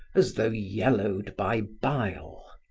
as though yellowed by bile.